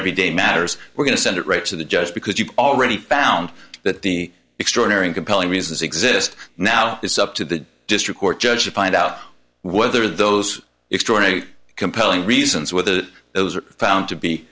every day matters we're going to send it right to the just because you've already found that the extraordinary and compelling reasons exist now it's up to the district court judge to find out whether those extraordinary compelling reasons were that those are found to be